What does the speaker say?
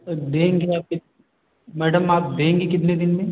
देंगे आप कि मैडम आप देंगी कितने दिन में